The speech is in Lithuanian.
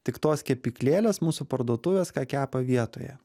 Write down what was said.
tik tos kepyklėlės mūsų parduotuvės ką kepa vietoje